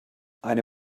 eine